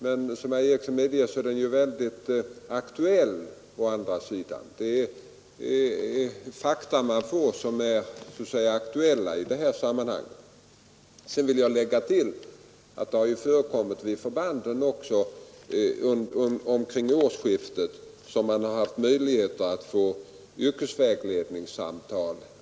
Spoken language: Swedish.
Men som herr Eriksson i Arvika skall finna är den å andra sidan mycket aktuell. Omkring årsskiftet fanns det vid förbanden möjlighet för de värnpliktiga att få yrkesvägledningssamtal.